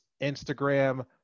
Instagram